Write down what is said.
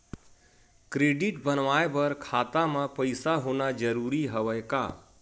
Credit बनवाय बर खाता म पईसा होना जरूरी हवय का?